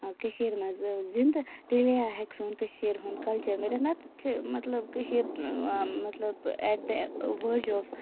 کٔشیٖر منٛز زِندٕ تیلہِ ہٮ۪کہِ سون کٔشیٖر ہُند کلچَر مٔرِتھ نتہٕ چھِ کٔشیٖر مطلب ایٹ دَ ؤرٕج آف